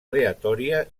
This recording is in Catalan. aleatòria